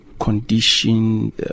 condition